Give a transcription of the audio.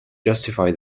justify